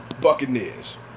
Buccaneers